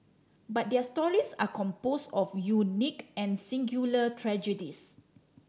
but their stories are composed of unique and singular tragedies